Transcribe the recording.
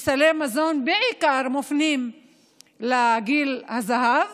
סלי מזון בעיקר מופנים לגיל הזהב